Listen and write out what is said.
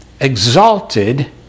exalted